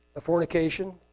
fornication